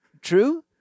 True